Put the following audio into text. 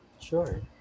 sure